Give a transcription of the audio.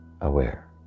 aware